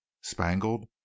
spangled